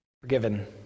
forgiven